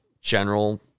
general